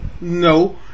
no